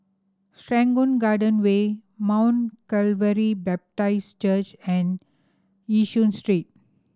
Serangoon Garden Way Mount Calvary Baptist Church and Yishun Street